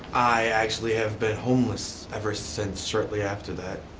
i actually have been homeless ever since, shortly after that.